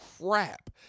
crap